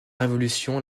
révolution